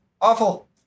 awful